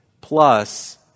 plus